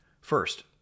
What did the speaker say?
First